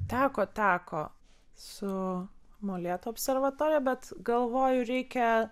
teko teko su molėtų observatorija bet galvoju reikia